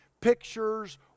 pictures